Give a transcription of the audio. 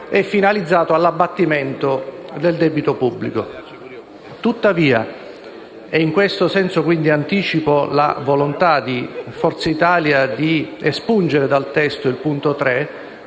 finalizzato all'abbattimento del debito pubblico. Tuttavia - e in questo senso anticipo la volontà di Forza Italia di espungere dal testo il punto 3)